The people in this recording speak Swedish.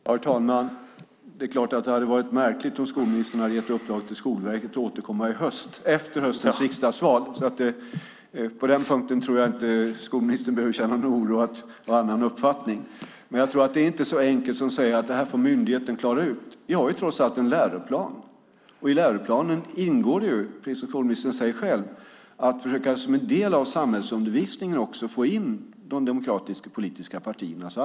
Herr talman! Det är klart att det hade varit märkligt om skolministern hade gett i uppdrag till Skolverket att återkomma efter höstens riksdagsval. På den punkten behöver skolministern inte känna någon oro för att jag skulle ha någon annan uppfattning. Jag tror inte att det är så enkelt att man kan säga att myndigheten får klara ut detta. Vi har trots allt en läroplan. I läroplanen ingår, precis som skolministern säger, att försöka få in de demokratiska politiska partiernas arbete som en del av samhällsundervisningen.